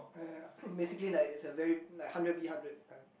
uh basically like it's a very like hundred V hundred